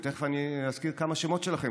ותכף אני אזכיר כמה שמות שלכם,